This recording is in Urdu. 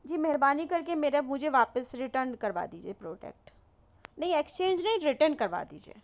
جی مہربانی کر کے مرا مجھے واپس ریٹرن کروادیجئے پروڈکٹ نہیں ایکسچینج نہیں ریٹرن کروادیجئے